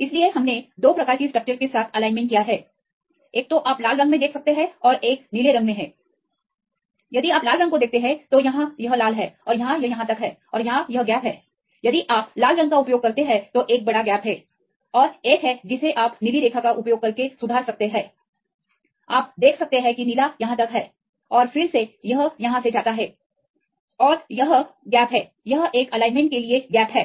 इसलिए हमने 2 प्रकार की स्ट्रक्चरस के साथअलाइनमेंट किया है एक तो आप लाल रंग में देख सकते हैं और एक नीले रंग में है यदि आप लाल रंग को देखते हैं तो यह यहाँ लाल है और यहाँ यह यहाँ तक है और यहाँ यह अंतराल है यदि आप लाल रंग का उपयोग करते हैं तो एक बड़ा अंतर है और एक और एक है जिसे आप नीली रेखा का उपयोग करके सुधार कर सकते हैं आप देख सकते हैं कि नीला यहाँ तक है और फिर से यह यहाँ से जाता है और यह अंतराल है यह एक एलाइनमेंट के लिए अंतराल है